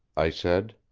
i said.